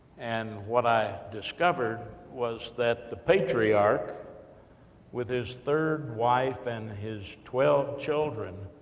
and what i discovered, was that the patriarch with his third wife, and his twelve children,